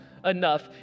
enough